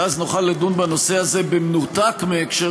ואז נוכל לדון בנושא הזה במנותק מהקשר